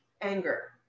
anger